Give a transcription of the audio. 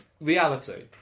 Reality